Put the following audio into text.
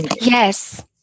Yes